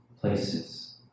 places